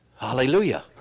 Hallelujah